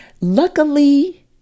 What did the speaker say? Luckily